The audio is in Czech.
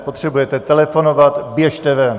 Potřebujete telefonovat, běžte ven!